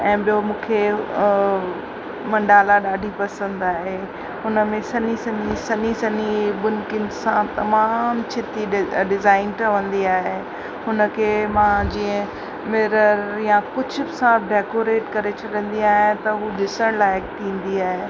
ऐं ॿियो मूंखे मंडाला ॾाढी पसंदि आहे हुन में सन्ही सन्ही सन्ही सन्ही हे बुनकिनि सां तमामु छिती डि डिज़ाइन ठहंदी आहे हुन खे मां जीअं मिरर या कुझ बि सां डेकोरेट करे छॾंदी आहियां त उहो ॾिसणु लाइक़ थींदी आहे